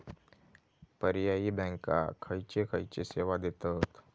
पर्यायी बँका खयचे खयचे सेवा देतत?